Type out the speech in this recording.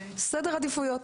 סדר עדיפויות.